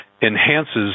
enhances